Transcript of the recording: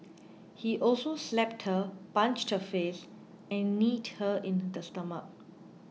he also slapped her punched her face and kneed her in the stomach